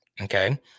Okay